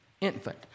Infant